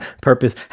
purpose